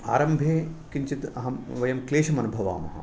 आरम्भे किञ्चित् अहं वयं क्लेशम् अनुभवामः